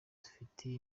dufite